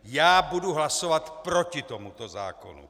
Já budu hlasovat proti tomuto zákonu!